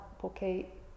porque